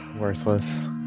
Worthless